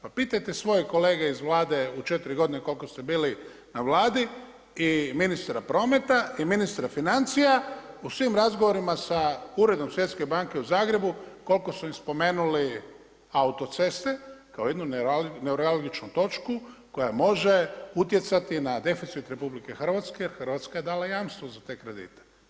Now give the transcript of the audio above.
Pa pitajte svoje kolege iz Vlade, u 4 godine koliko ste bili na Vladi, i ministra prometa i ministra financija, u svim razgovorima sa Uredom Svjetske banke u Zagrebu, koliko su im spomenuli autoceste kao jednu neuralgičnu točku koja može utjecati na deficit RH, Hrvatska je dala jamstvo za te kredite.